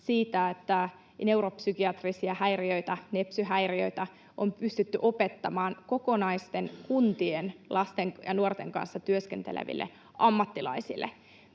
neuropsykiatrisista häiriöistä, nepsy-häiriöistä, on pystytty opettamaan kokonaisten kuntien lasten ja nuorten kanssa työskenteleville ammattilaisille.